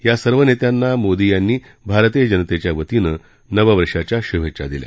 या सर्व नेत्यांना मोदी यांनी भारतीय जनतेच्या वतीनं नववर्षाच्या शुभेच्छा दिल्या